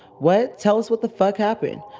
what? tell us what the fuck happened?